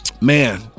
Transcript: Man